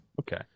okay